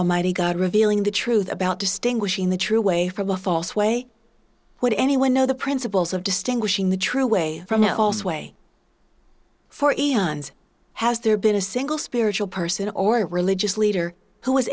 almighty god revealing the truth about distinguishing the true way from a false way would anyone know the principles of distinguishing the true way from it all sway for eons has there been a single spiritual person or a religious leader who was